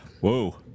Whoa